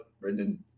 Brendan